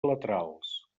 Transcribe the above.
laterals